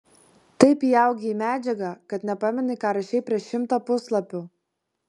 taip įaugi į medžiagą kad nepameni ką rašei prieš šimtą puslapių